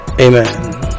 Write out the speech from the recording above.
Amen